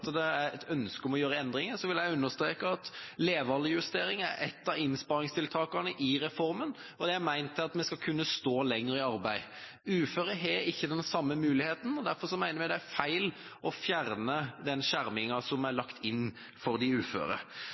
det er et ønske om å gjøre endringer, vil jeg understreke at levealdersjustering er ett av innsparingstiltakene i reformen, og det er ment at en skal kunne stå lenger i arbeid. Uføre har ikke den samme muligheten, og derfor mener vi det er feil å fjerne den skjerminga som er lagt inn for de uføre.